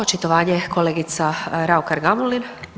Očitovanje kolegica Raukar-Gamulin.